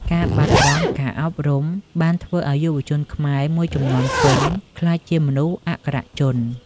ការបាត់បង់ការអប់រំបានធ្វើឱ្យយុវជនខ្មែរមួយជំនាន់ពេញក្លាយជាមនុស្សអក្ខរជន។